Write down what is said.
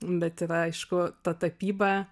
bet yra aišku ta tapyba